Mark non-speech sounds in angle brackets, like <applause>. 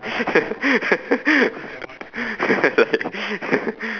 <laughs>